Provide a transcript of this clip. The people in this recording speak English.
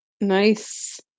Nice